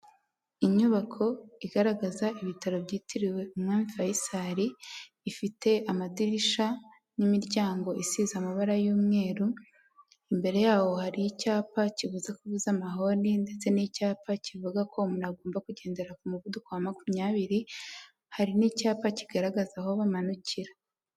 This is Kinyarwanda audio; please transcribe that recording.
Inyubako igaragaza ibitaro byitiriwe umwami Faisal, ifite amadirisha n'imiryango isize amabara y'umweru, imbere yaho hari icyapa kibuza kuvuza amahoni ndetse n'icyapa kivuga ko uwo muntu agomba kugendera ku muvuduko wa makumyabiri, hari n'icyapa kigaragaza aho bamanukira.